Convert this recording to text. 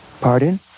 Pardon